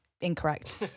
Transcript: incorrect